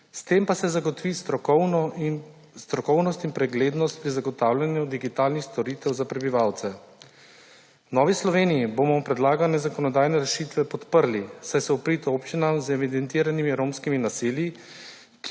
S tem pa se zagotovi strokovnost in preglednost pri zagotavljanju digitalnih storitev za prebivalce. V Novi Sloveniji bomo predlagane zakonodajne rešitve podprli, saj so v prid občinam z evidentiranimi romskimi naselji,